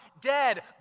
dead